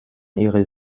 ihre